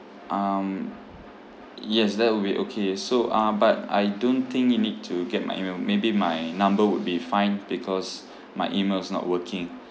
um yes that will be okay so uh but I don't think you need to get my email maybe my number would be fine because my email is not working